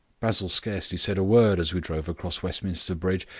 basil scarcely said a word as we drove across westminster bridge,